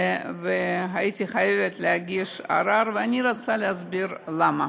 והייתי חייבת להגיש ערר, ואני רוצה להסביר למה.